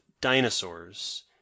dinosaurs